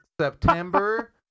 September